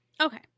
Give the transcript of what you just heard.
okay